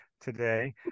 today